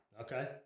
Okay